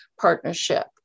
partnership